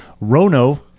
Rono